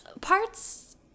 Parts